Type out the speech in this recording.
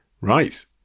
Right